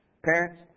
Parents